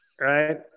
right